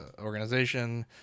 organization